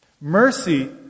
Mercy